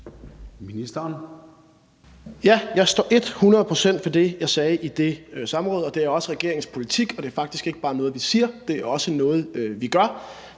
Dahlin): Ja, jeg står et hundrede procent ved det, jeg sagde på det samråd, og det er også regeringens politik. Og det er faktisk ikke bare noget, vi siger; det er også noget, vi gør.